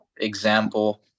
example